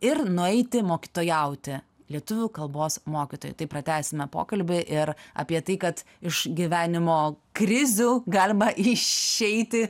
ir nueiti mokytojauti lietuvių kalbos mokytoju tai pratęsime pokalbį ir apie tai kad iš gyvenimo krizių galima išeiti